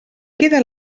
queda